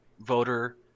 voter